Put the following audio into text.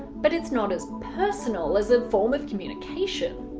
but it's not as personal as a form of communication.